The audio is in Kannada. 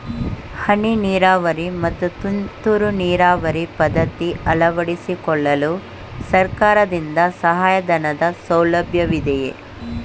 ಹನಿ ನೀರಾವರಿ ಮತ್ತು ತುಂತುರು ನೀರಾವರಿ ಪದ್ಧತಿ ಅಳವಡಿಸಿಕೊಳ್ಳಲು ಸರ್ಕಾರದಿಂದ ಸಹಾಯಧನದ ಸೌಲಭ್ಯವಿದೆಯೇ?